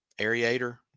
aerator